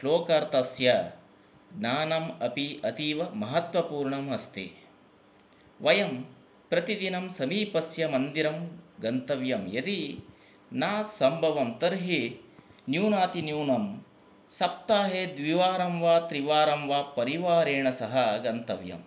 श्लोकार्थस्य ज्ञानम् अपि अतीव महत्त्वपूर्णम् अस्ति वयं प्रतिदिनं समीपस्य मन्दिरं गन्तव्यं यदि न सम्भवं तर्हि न्यूनातिन्यूनं सप्ताहे द्विवारं वा त्रिवारं वा परिवारेण सह गन्तव्यम्